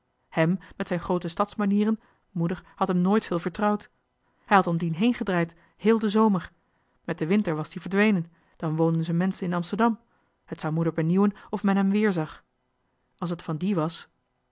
met zijn groote stads manieren moeder had hem nooit veel vertrouwd hij had om dien heen gedraaid heel den zomer met den winter was t ie verdwenen dan woonden z'en menschen in amsterdam t zou moeder benieuwen of men hem weerzag als het van die was